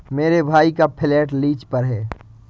मेरे भाई का फ्लैट लीज पर है